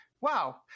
wow